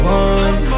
one